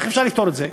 איך אפשר לפתור את זה?